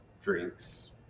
drinks